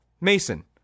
Mason